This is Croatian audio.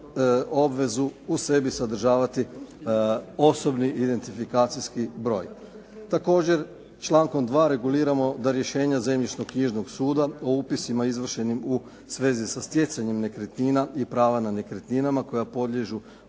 obvezu u sebi sadržavati osobni identifikacijski broj. Također, člankom 2. reguliramo da rješenja zemljišno-knjižnog suda o upisima izvršenim u svezi sa stjecanjem nekretnina i prava na nekretninama koja podliježu